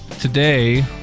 Today